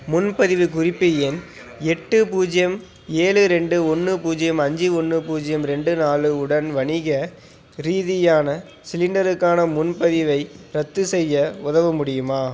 முன்பதிவுக் குறிப்பு எண் எட்டு பூஜ்ஜியம் ஏழு ரெண்டு ஒன்று பூஜ்ஜியம் அஞ்சு ஒன்று பூஜ்ஜியம் ரெண்டு நாலு உடன் வணிக ரீதியான சிலிண்டருக்கான முன்பதிவை ரத்து செய்ய உதவ முடியுமா